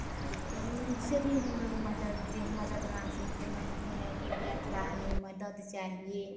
तो उन उनसे भी हम लोग मदद यह मदद मांग सकते मांगते हैं कि भैया थोड़ा हमें मदद चाहिए